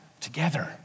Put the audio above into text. together